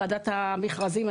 ועדת המכרזים,